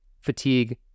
fatigue